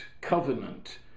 covenant